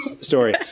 story